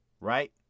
Right